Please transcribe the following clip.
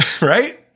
Right